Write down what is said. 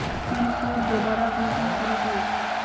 Pin code दोबारा कुंसम करे करूम?